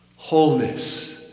Wholeness